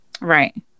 Right